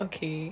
okay